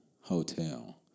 hotel